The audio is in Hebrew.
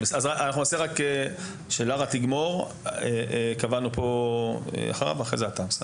אנחנו רוצים שלארה תסיים ואחריה אתה.